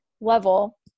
level